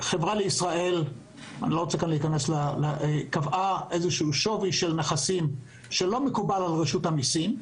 החברה לישראל קבעה שווי של נכסים שלא מקובל על רשות המיסים,